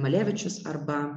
malevičius arba